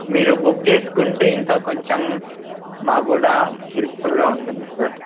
మీరు బుక్ చేసుకుంటే ఇంకా కొంచెం మాకు కూడా హెల్ప్ఫుల్గా ఉంటుంది సార్